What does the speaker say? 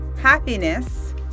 happiness